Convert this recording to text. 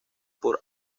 por